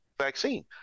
vaccine